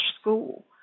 school